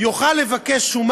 מכובדי סגן